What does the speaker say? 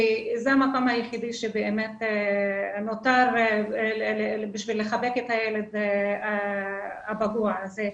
כי זה המקום היחידי שבאמת נותר כדי לחבק את הילד הפגוע הזה.